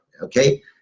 okay